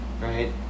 right